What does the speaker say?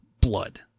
blood